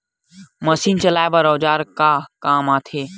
Machine चलाए बर औजार का काम आथे?